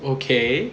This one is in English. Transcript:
okay